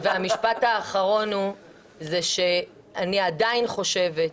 -- והמשפט האחרון הוא שאני עדיין חושבת,